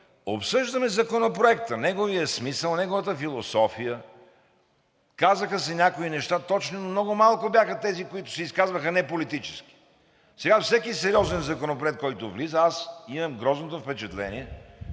Обсъждаме Законопроект, неговия смисъл, неговата философия. Казаха се някои точни неща, но много малко бяха тези, които се изказваха неполитически. Сега с всеки сериозен законопроект, който влиза, аз имам грозното впечатление,